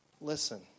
listen